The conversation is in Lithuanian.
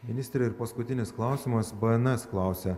ministre ir paskutinis klausimas bns klausia